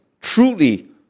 truly